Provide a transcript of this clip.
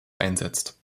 einsetzt